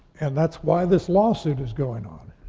and that's why this lawsuit is going on,